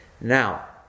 Now